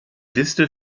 liste